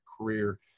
career